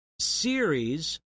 series